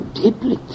deeply